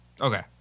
Okay